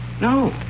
No